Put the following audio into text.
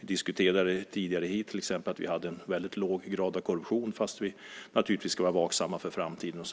Vi diskuterade till exempel tidigare att vi har en väldigt låg grad av korruption, fast vi naturligtvis ska vara vaksamma inför framtiden.